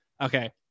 Okay